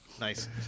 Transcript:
Nice